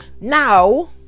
now